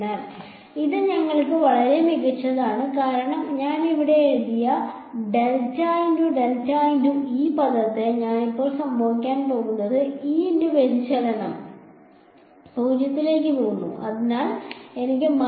അതിനാൽ അത് ഞങ്ങൾക്ക് വളരെ മികച്ചതാണ് കാരണം ഞാൻ ഇവിടെ എഴുതിയ പദത്തിന് എന്ത് സംഭവിക്കുന്നു എന്നത് ശരിയാണ് E യുടെ വ്യതിചലനം 0 ലേക്ക് പോകുന്നു അതിനാൽ എനിക്ക്